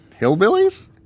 hillbillies